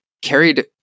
carried